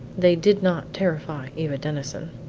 they did not terrify eva denison.